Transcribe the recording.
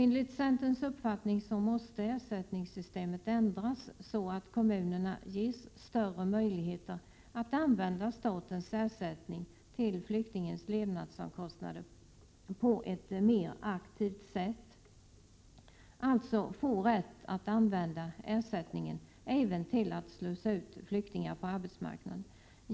Enligt centerns uppfattning måste ersättningssystemet ändras så att kommunerna ges större möjligheter att använda statens ersättning till flyktingens levnadsomkostnader på ett mer aktivt sätt, alltså får rätt att använda ersättningen även till att slussa ut flyktingar på arbetsmarknaden.